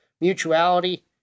mutuality